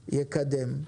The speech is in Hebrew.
יקדם.